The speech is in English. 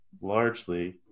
largely